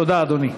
תודה, אדוני.